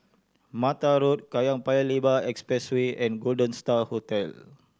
Mattar Road Kallang Paya Lebar Expressway and Golden Star Hotel